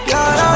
God